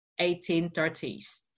1830s